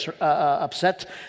upset